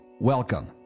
Welcome